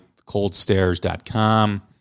coldstairs.com